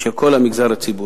של כל המגזר הציבורי.